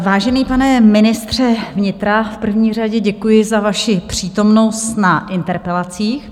Vážený pane ministře vnitra, v první řadě děkuji za vaši přítomnost na interpelacích.